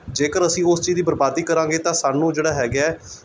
ਜੇਕਰ ਅਸੀਂ ਉਸ ਚੀਜ਼ ਦੀ ਬਰਬਾਦੀ ਕਰਾਂਗੇ ਤਾਂ ਸਾਨੂੰ ਜਿਹੜਾ ਹੈਗਾ